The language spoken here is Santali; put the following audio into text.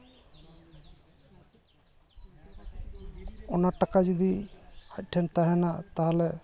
ᱚᱱᱟ ᱴᱟᱠᱟ ᱡᱩᱫᱤ ᱟᱡ ᱴᱷᱮᱱ ᱛᱟᱦᱮᱱᱟ ᱛᱟᱦᱞᱮ